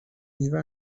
میوه